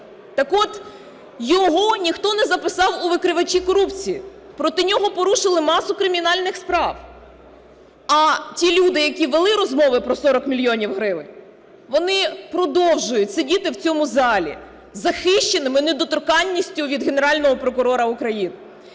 Так от, його ніхто не записав у викривачі корупції. Проти нього порушили масу кримінальних справ. А ті люди, які вели розмови про 40 мільйонів гривень, вони продовжують сидіти в цьому залі захищеними недоторканністю від Генерального прокурора України.